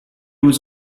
was